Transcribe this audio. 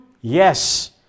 yes